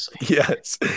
Yes